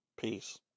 Peace